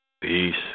Peace